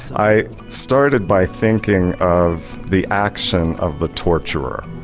i started by thinking of the action of the torturer.